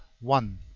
One